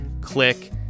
click